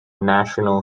national